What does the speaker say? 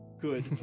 Good